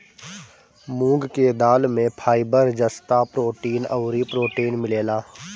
मूंग के दाल में फाइबर, जस्ता, प्रोटीन अउरी प्रोटीन मिलेला